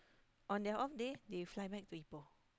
on their off day they fly back to Ipoh